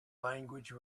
language